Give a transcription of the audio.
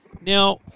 Now